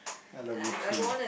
I love you too